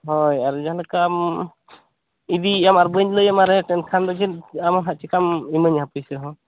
ᱦᱳᱭ ᱟᱨ ᱡᱟᱦᱟᱸ ᱞᱮᱠᱟᱢ ᱤᱫᱤᱭᱮᱫᱼᱟ ᱟᱨ ᱵᱟᱹᱧ ᱞᱟᱹᱭ ᱟᱢᱟ ᱨᱮᱴ ᱮᱱᱠᱷᱟᱱ ᱫᱚ ᱟᱢ ᱦᱟᱸᱜ ᱪᱤᱠᱟᱹᱢ ᱮᱢᱟᱹᱧᱟ ᱯᱩᱭᱥᱟᱹ ᱦᱚᱸ